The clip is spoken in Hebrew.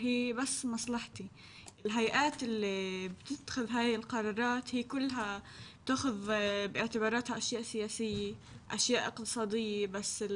בכיתה י"ב להביע את הדעה שלי כדי להשפיע על ההחלטות שיהיו לעתיד.